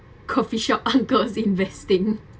coffeeshop uncles investing